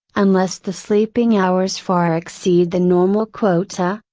unless the sleeping hours far exceed the normal quota,